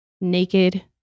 naked